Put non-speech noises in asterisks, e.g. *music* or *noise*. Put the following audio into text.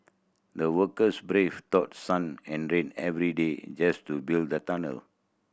the workers braved *unintelligible* sun and rain every day just to build the tunnel